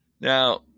Now